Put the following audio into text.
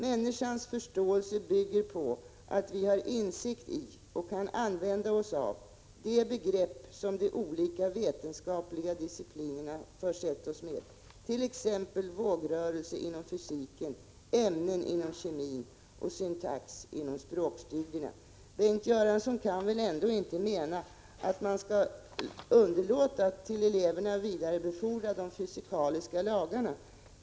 Människans förståelse bygger på att vi har insikt i och kan använda oss av de begrepp som de olika vetenskapliga disciplinerna försett oss med, t.ex. vågrörelser inom fysiken, ämnen inom kemin och syntax inom språkstudierna.” Bengt Göransson kan väl ändå inte mena att man skall underlåta att till eleverna vidarebefordra de fysikaliska lagarna?